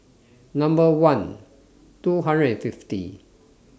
one two five